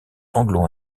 anglo